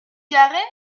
garey